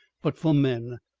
but for men.